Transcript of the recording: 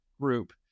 group